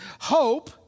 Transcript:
hope